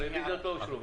הרביזיות לא אושרו.